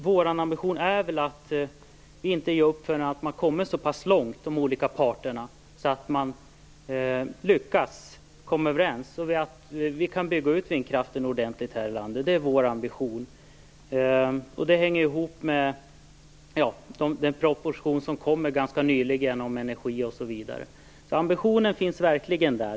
Vår ambition är att inte ge upp förrän de olika parterna har lyckats komma överens. Vår ambition är också att bygga ut vindkraften ordentligt här i landet. Det hänger ihop med propositionen om energi osv. Ambitionen finns verkligen där.